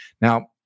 Now